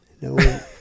No